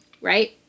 right